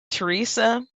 teresa